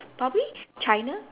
probably China